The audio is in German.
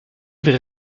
wäre